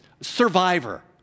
Survivor